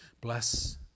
Bless